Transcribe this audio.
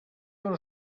una